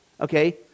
okay